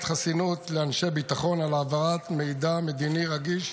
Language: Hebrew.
חסינות לאנשי ביטחון על העברת מידע מדיני רגיש